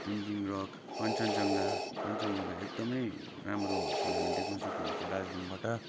तेन्जिङ रक कन्चनजङ्घा कन्चनजङ्घा एकदमै राम्रोसँगले देख्नु सक्नुहुन्छ दार्जिलिङबाट